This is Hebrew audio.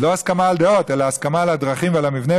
לא הסכמה על דעות אלא הסכמה על הדרכים ועל המבנה,